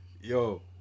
yo